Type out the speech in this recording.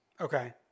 Okay